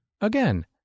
Again